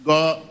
God